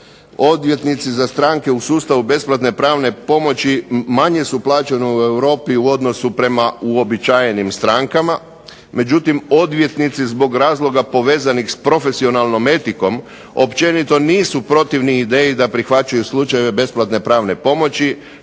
odvjetnici za stranke u sustavu besplatne pravne pomoći manje su plaćeni u Europi u odnosu prema uobičajenim strankama, međutim odvjetnici zbog razloga povezanih s profesionalnom etikom općenito nisu protivni ideji da prihvaćaju slučajeve besplatne pravne pomoći.